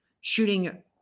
shooting